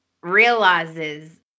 realizes